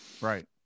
Right